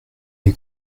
les